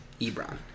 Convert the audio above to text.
Ebron